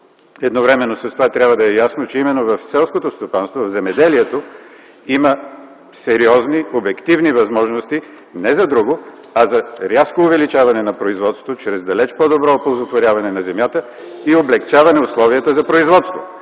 Едновременно с това трябва да е ясно, че именно в селското стопанство, в земеделието има сериозни обективни възможности не за друго, а за рязко увеличаване на производството чрез далеч по-добро оползотворяване на земята и облекчаване условията за производство.